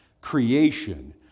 creation